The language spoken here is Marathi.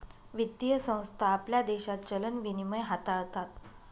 वित्तीय संस्था आपल्या देशात चलन विनिमय हाताळतात